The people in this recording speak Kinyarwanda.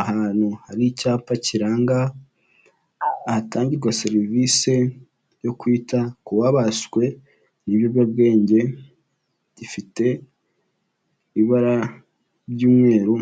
Ahantu hari icyapa kiranga ahatangirwa serivise yo kwita ku babaswe n'ibiyobyabwenge, gifite ibara ry'umweru